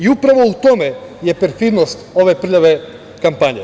Upravo u tome je perfidnost ove prljave kampanje.